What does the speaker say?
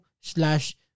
slash